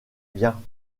biens